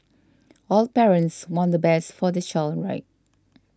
all parents want the best for the child right